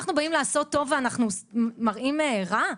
אנחנו באים לעשות טוב ואנחנו מראים רע?